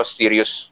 serious